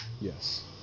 Yes